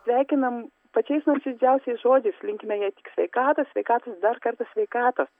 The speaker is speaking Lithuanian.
sveikinam pačiais nuoširdžiausiais žodžiais linkime jai tik sveikatos sveikatos dar kartą sveikatos